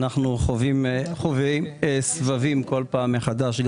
אנחנו חווים בכל פעם מחדש סבבים.